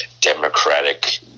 democratic